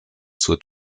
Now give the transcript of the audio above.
zur